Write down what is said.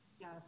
Yes